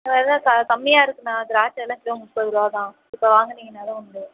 ஆ அதான் க கம்மியா இருக்குண்ணா திராட்சை எல்லாம் கிலோ முப்பதுருவாதான் இப்போ வாங்குனீங்கன்னாதான் உண்டு